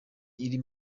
iri